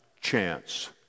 chance